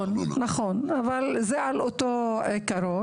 נכון, אבל זה על אותו עיקרון.